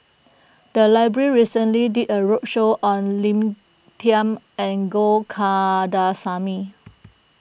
the library recently did a roadshow on Lina Chiam and Go Kandasamy